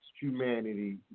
humanity